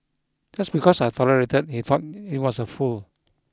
just because I tolerated he thought he was a fool